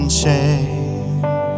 shame